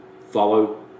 follow